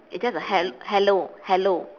it's just a hel~ hello hello